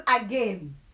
again